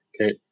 Okay